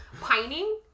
Pining